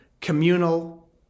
communal